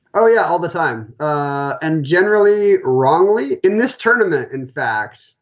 oh, yeah, all the time and generally wrongly in this tournament. in fact,